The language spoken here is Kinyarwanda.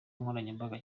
nkoranyambaga